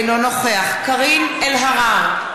אינו נוכח קארין אלהרר,